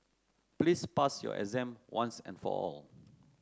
please pass your exam once and for all